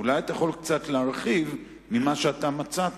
אולי אתה יכול קצת להרחיב על מה שמצאת,